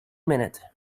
minute